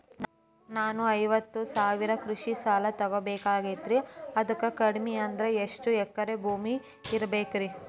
ನಾನು ಐವತ್ತು ಸಾವಿರ ಕೃಷಿ ಸಾಲಾ ತೊಗೋಬೇಕಾಗೈತ್ರಿ ಅದಕ್ ಕಡಿಮಿ ಅಂದ್ರ ಎಷ್ಟ ಎಕರೆ ಭೂಮಿ ಇರಬೇಕ್ರಿ?